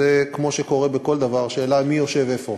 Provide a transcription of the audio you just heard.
כמו שקורה בכל דבר, זה השאלה מי יושב איפה.